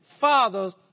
Fathers